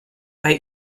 bei